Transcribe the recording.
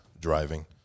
driving